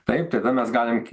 taip tada ką mes galim